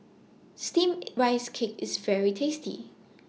Steamed Rice Cake IS very tasty